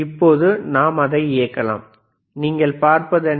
இப்போது நாம் அதை இயக்கலாம் நீங்கள் பார்ப்பது என்ன